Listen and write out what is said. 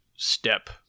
step